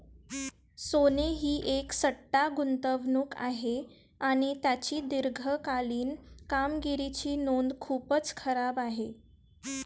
सोने ही एक सट्टा गुंतवणूक आहे आणि त्याची दीर्घकालीन कामगिरीची नोंद खूपच खराब आहे